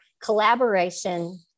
collaboration